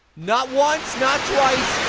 not once, not twice,